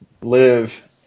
live